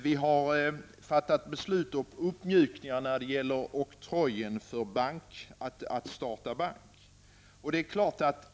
Vi har fattat beslut om uppmjukning av oktroj för bank.